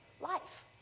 life